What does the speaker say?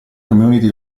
community